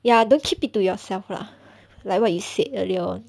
ya don't keep it to yourself lah like what you said earlier on